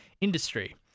industry